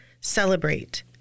celebrate